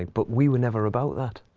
but we were never about that.